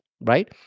right